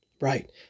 right